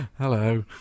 Hello